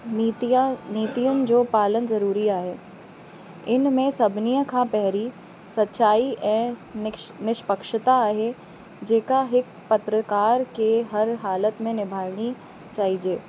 नीतिया नीतियुनि जो पालन ज़रूरी आहे इन में सभिनीअ खां पहिरीं सच्चाई ऐं निष निष्पक्षता आहे जेका हिकु पत्रकार खे हर हालति में निभाइणी चइजे